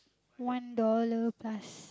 one dollar plus